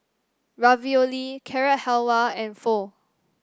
Ravioli Carrot Halwa and Pho